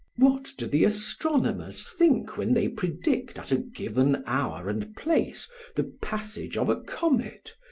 what do the astronomers think when they predict at a given hour and place the passage of a comet,